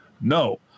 No